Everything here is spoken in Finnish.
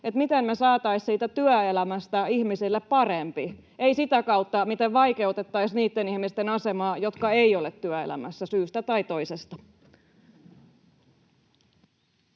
kautta, miten me saataisiin siitä työelämästä ihmisille parempi — ei sitä kautta, miten vaikeutettaisiin niitten ihmisten asemaa, jotka eivät ole työelämässä syystä tai toisesta.